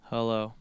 Hello